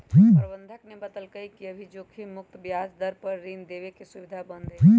प्रबंधक ने बतल कई कि अभी जोखिम मुक्त ब्याज दर पर ऋण देवे के सुविधा बंद हई